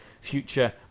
future